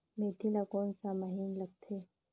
मेंथी ला कोन सा महीन लगथे?